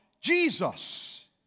Jesus